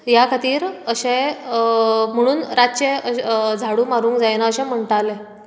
ह्या खातीर अशें म्हणून रातचें अश झाडू मारूंक जायना अशें म्हणटाले